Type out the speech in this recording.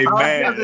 Amen